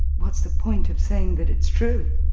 what's the point of saying that it's true?